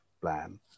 plan